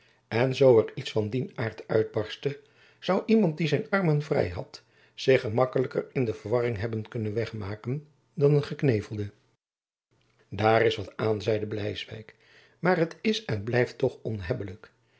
en zoo er iets van dien aart uitbarstte zoû iemand die zijn armen vrij had zich gemakkelijker in de verwarring hebben kunnen wegmaken dan een geknevelde daar is wat aan zeide bleiswijck maar t is en blijft toch